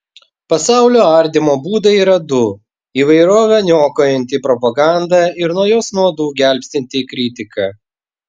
pasaulio ardymo būdai yra du įvairovę niokojanti propaganda ir nuo jos nuodų gelbstinti kritika